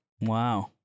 Wow